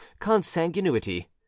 consanguinity